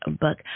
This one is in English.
book